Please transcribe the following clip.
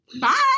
bye